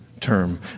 term